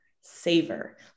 savor